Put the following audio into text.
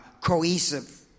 cohesive